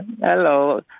Hello